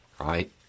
right